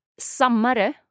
sammare